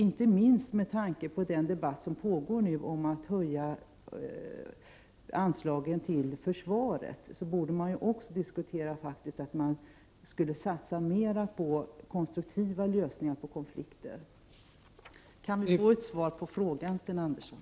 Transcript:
Inte minst med tanke på den debatt som nu pågår om att höja anslagen till försvaret borde man också diskutera en ökad satsning på konstruktiva lösningar av konflikter. Kan jag få ett svar på den frågan, Sten Andersson?